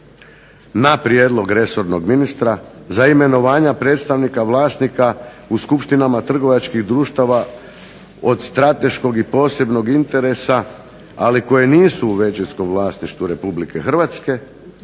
na prijedlog resornog ministra, za imenovanja predstavnika vlasnika u skupštinama trgovačkih društava od strateškog i posebnog interesa ali koji nisu u većinskom vlasništvu Republike Hrvatske,